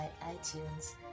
itunes